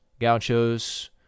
gauchos